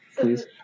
please